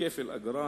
כפל אגרה